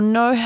no